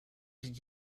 did